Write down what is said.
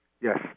Yes